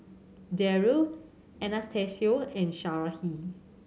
Darrell Anastacio and Sarahi